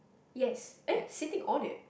yes eh sitting ornate